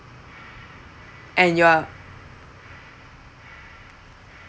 and you are